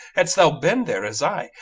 hadst thou been there, as i,